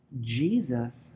Jesus